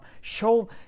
Show